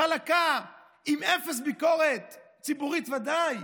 חלקה, עם אפס ביקורת, ציבורית, ודאי.